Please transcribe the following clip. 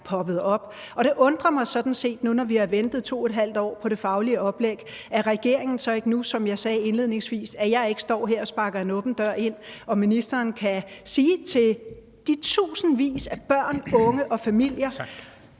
poppet op. Og det undrer mig sådan set nu, hvor vi har ventet 2½ år på det faglige oplæg, at ministeren så ikke nu – så jeg, som jeg sagde indledningsvis, ikke står her og sparker en åben dør ind – kan sige til de tusindvis af børn, unge og familier,